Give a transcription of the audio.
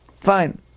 Fine